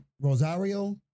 Rosario